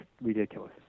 ridiculous